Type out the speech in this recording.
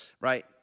right